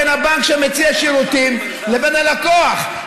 בין הבנק שמציע שירותים לבין הלקוח.